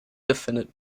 definite